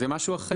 זה משהו אחר.